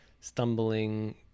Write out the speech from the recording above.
Stumbling